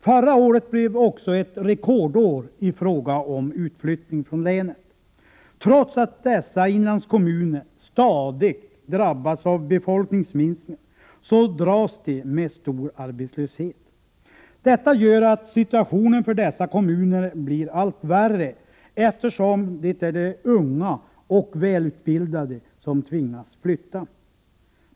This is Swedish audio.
Förra året blev också ett rekordår i fråga om utflyttning från länet. Trots att dessa inlandskommuner stadigt drabbats av befolkningsminskningar dras de med stor arbetslöshet. Detta gör att situationen blir allt värre, eftersom det är de unga och välutbildade som tvingas flytta.